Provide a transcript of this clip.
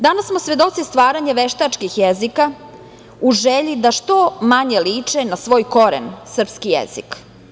Danas smo svedoci stvaranje veštačkih jezika u želji da što manje liče na svoj koren, srpski jezik.